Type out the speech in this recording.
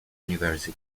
university